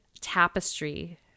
tapestry